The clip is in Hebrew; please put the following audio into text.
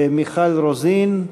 מיכל רוזין,